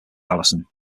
allison